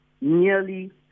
Nearly